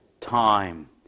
time